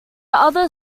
other